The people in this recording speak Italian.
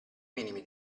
minimi